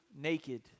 naked